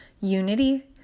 unity